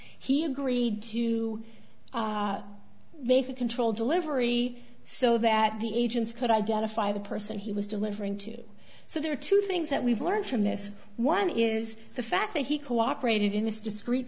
he agreed to make a controlled delivery so that the agents could identify the person he was delivering to so there are two things that we've learned from this one is the fact that he cooperated in this discre